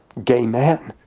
gay man.